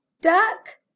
duck